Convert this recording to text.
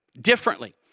differently